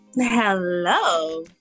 Hello